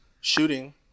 Shooting